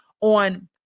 on